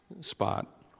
spot